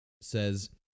says